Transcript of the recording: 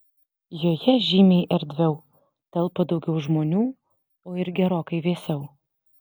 joje žymiai erdviau telpa daugiau žmonių o ir gerokai vėsiau